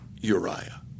Uriah